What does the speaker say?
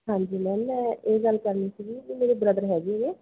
ਹਾਂਜੀ ਮੈਮ ਮੈਂ ਇਹ ਗੱਲ ਕਰਨੀ ਸੀਗੀ ਕਿ ਮੇਰੇ ਬ੍ਰਦਰ ਹੈਗੇ ਨੇ